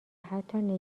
حتی